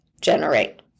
generate